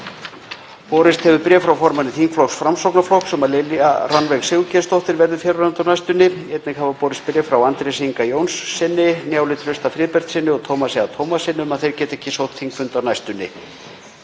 Borist hefur bréf frá formanni þingflokks Framsóknarflokks um að Lilja Rannveig Sigurgeirsdóttir verði fjarverandi á næstunni. Einnig hafa borist bréf frá Andrési Ingi Jónssyni, Njáli Trausta Friðbertssyni og Tómasi A. Tómassyni um að þeir geti ekki sótt þingfundi á næstunni.